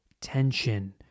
tension